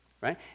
right